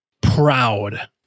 proud